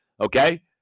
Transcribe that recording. okay